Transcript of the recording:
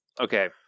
okay